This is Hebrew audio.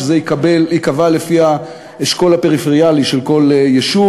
שייקבע לפי האשכול הפריפריאלי של כל יישוב